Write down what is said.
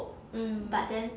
mm